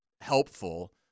helpful